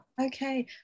Okay